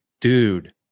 dude